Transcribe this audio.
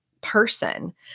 person